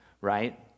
right